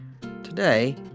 today